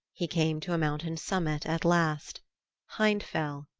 he came to a mountain-summit at last hindfell,